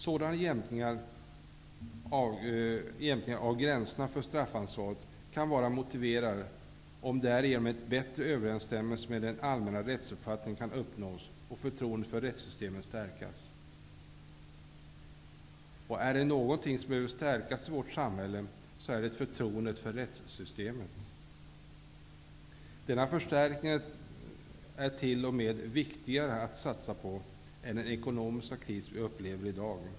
Sådana jämkningar av gränserna för straffansvaret kan vara motiverade, om därigenom en bättre överensstämmelse med den allmänna rättsuppfattningen kan uppnås och förtroendet för rättssystemet stärkas. Om det är någonting som behöver stärkas i vårt samhälle, är det förtroendet för rättssystemet. Denna förstärkning är t.o.m. viktigare att satsa på än den ekonomiska kris som vi upplever i dag.